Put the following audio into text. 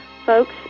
folks